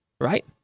right